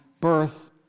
birth